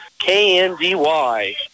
KNDY